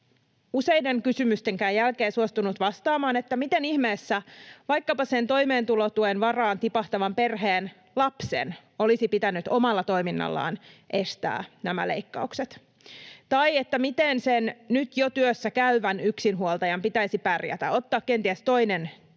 useidenkaan kysymysten jälkeen suostunut vastaamaan, miten ihmeessä vaikkapa sen toimeentulotuen varaan tipahtavan perheen lapsen olisi pitänyt omalla toiminnallaan estää nämä leikkaukset tai miten sen nyt jo työssä käyvän yksinhuoltajan pitäisi pärjätä — ottaa kenties toinen työ,